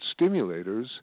stimulators